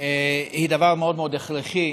היא דבר מאוד מאוד הכרחי,